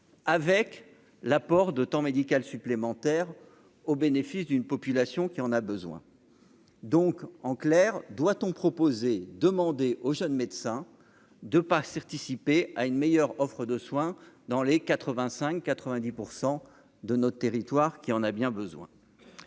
avec l'apport de temps médical supplémentaires au bénéfice d'une population qui en a besoin, donc en clair : doit-on proposer demander aux jeunes médecins de pas ici IP à une meilleure offre de soins dans les 85 90 % de notre territoire qui en a bien besoin.